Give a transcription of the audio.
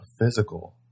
physical